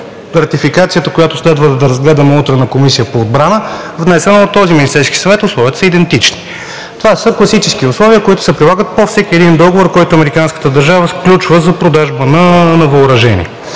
ратификацията, която следва да разгледаме утре на Комисията по отбрана, внесена от този Министерски съвет, условията са идентични. Това са класически условия, които се прилагат по всеки един договор, който американската държава сключва за продажба на въоръжение,